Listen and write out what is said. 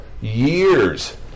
years